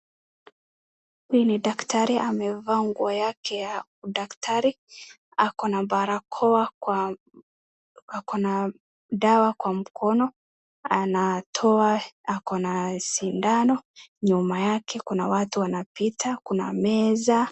Hii ni daktari amevaa nguo yake ya udaktari akona barakoa akona dawa kwa mkono anatoa akona sindano .Nyuma yake kuna watu wanapita na meza.